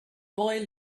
boy